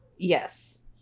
yes